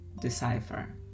decipher